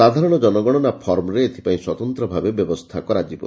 ସାଧାରଣ ଜନଗଣନା ଫର୍ମରେ ଏଥିପାଇଁ ସ୍ୱତନ୍ତ ଭାବେ ବ୍ୟବସ୍ରା କରାଯିବ